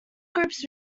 groups